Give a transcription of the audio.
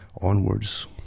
onwards